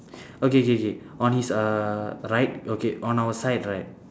okay K K on his uh right okay on our side right